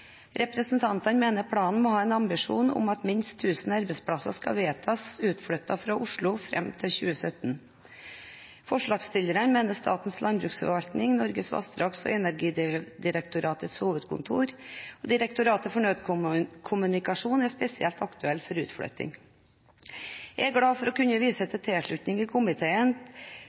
Representantene mener planen må ha en ambisjon om at minst 1 000 arbeidsplasser skal vedtas flyttet ut av Oslo innen 2017. Forslagsstillerne mener Statens landbruksforvaltning, Norges vassdrags- og energidirektorats hovedkontor og Direktoratet for nødkommunikasjon er spesielt aktuelle for utflytting. Jeg er glad for å kunne vise til komiteens tilslutning